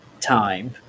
time